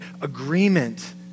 agreement